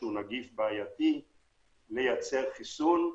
שהוא נגיף בעייתי לייצר נגדו חיסון.